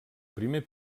primer